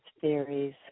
theories